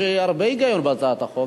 יש הרבה היגיון בהצעת החוק,